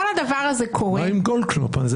מה עם גולדקנופף?